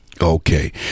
Okay